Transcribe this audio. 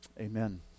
Amen